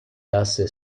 hace